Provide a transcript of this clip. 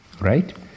Right